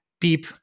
beep